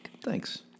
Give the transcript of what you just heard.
Thanks